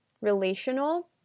relational